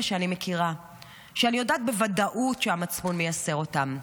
שאני יודעת בוודאות שהמצפון מייסר אותם.